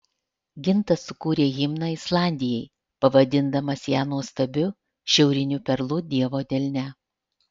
gintas sukūrė himną islandijai pavadindamas ją nuostabiu šiauriniu perlu dievo delne